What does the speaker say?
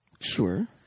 Sure